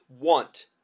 want